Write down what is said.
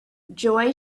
joy